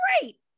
great